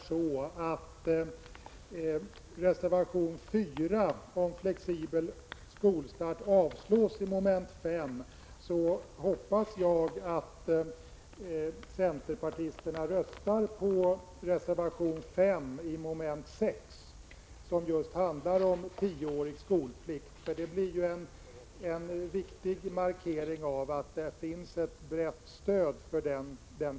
Skulle reservation 4 om flexibel skolstart avslås i moment 5, hoppas jag att centerpartisterna röstar på reservation 5 i moment 6, som just handlar om tioårig skolplikt. Det blir i så fall en viktig markering av att det finns ett brett stöd för den tanken.